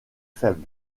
faible